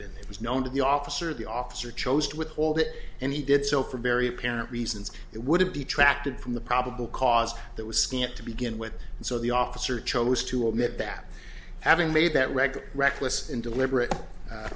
been it was known to the officer the officer chose to withhold it and he did so for very apparent reasons it would have detracted from the probable cause that was scant to begin with and so the officer chose to admit that having made that regular reckless and deliberate